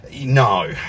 no